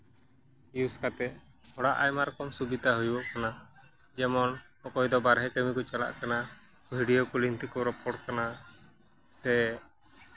use ᱠᱟᱛᱮᱫ ᱦᱚᱲᱟᱜ ᱟᱭᱢᱟ ᱨᱚᱠᱚᱢ ᱥᱩᱵᱤᱫᱟ ᱦᱩᱭᱩᱜᱚᱜ ᱠᱟᱱᱟ ᱡᱮᱢᱚᱱ ᱚᱠᱚᱭ ᱫᱚ ᱵᱟᱨᱦᱮ ᱠᱟᱹᱢᱤ ᱠᱚ ᱪᱟᱞᱟᱜ ᱠᱟᱱᱟ ᱵᱷᱤᱰᱭᱳ ᱠᱚᱞᱤᱝ ᱛᱮᱠᱚ ᱨᱚᱯᱚᱲᱚᱜ ᱠᱟᱱᱟ ᱥᱮ